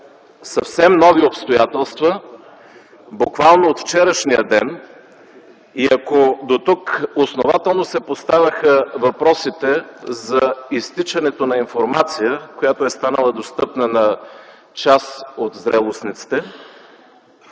съвсем нови обстоятелства, буквално от вчерашния ден, и ако дотук основателно се поставяха въпросите за изтичането на информация, която е станала достъпна на част от зрелостниците,